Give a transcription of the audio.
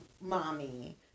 mommy